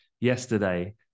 yesterday